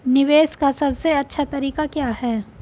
निवेश का सबसे अच्छा तरीका क्या है?